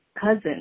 cousin